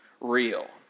real